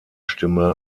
stimme